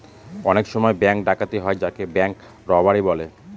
অনেক সময় ব্যাঙ্ক ডাকাতি হয় যাকে ব্যাঙ্ক রোবাড়ি বলে